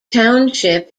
township